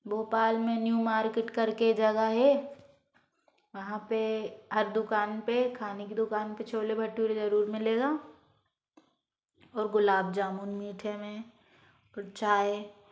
भोपाल में new market करके जगह है वहाँ पे हर दुकान पे खाने की दुकान पे छोले भटूरे जरूर मिलेगा और गुलाब जामुन मीठे में और चाय